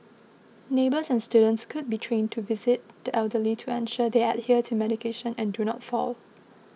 neighbours and students could be trained to visit the elderly to ensure they adhere to medication and do not fall